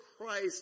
Christ